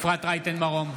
אפרת רייטן מרום,